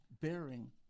Bearing